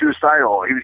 suicidal